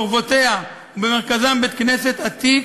חורבותיה, ובמרכזן בית-כנסת עתיק,